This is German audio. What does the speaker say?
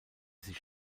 sich